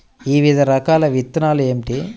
వివిధ రకాల విత్తనాలు ఏమిటి?